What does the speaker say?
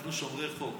אנחנו שומרי חוק.